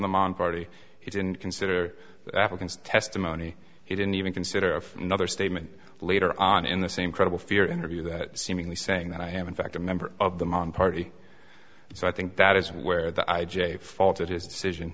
them on party he didn't consider africans testimony he didn't even consider another statement later on in the same credible fear interview that seemingly saying that i am in fact a member of the mon party so i think that is where the i j a fault of his decision